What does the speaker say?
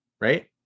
right